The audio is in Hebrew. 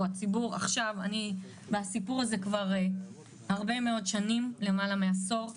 אני בסיפור הזה למעלה מעשור שנים.